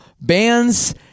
bands